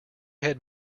had